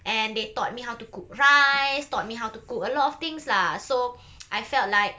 and they taught me how to cook rice taught me how to cook a lot of things lah so I felt like